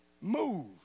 Move